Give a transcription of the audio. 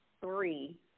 three